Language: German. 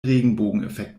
regenbogeneffekt